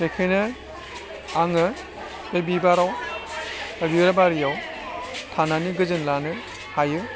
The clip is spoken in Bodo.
बेखायनो आङो बे बिबाराव बा बिबार बारियाव थानानै गोजोन लानो हायो